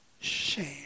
shame